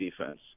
defense